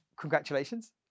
congratulations